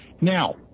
Now